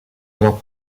alors